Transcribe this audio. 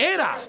Era